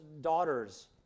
daughters